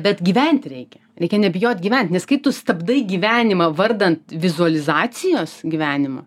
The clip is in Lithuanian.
bet gyvent reikia reikia nebijot gyvent nes kai tu stabdai gyvenimą vardan vizualizacijos gyvenimo